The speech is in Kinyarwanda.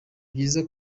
byiza